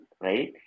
right